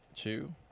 two